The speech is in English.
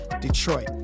Detroit